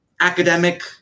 academic